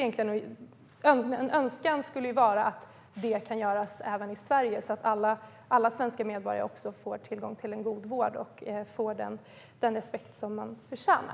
En önskan skulle vara att det arbetet kan göras även i Sverige så att alla svenska medborgare får tillgång till en god vård och den respekt de förtjänar.